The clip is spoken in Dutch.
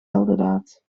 heldendaad